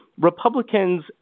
Republicans